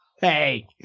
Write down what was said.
Hey